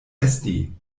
esti